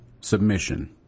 submission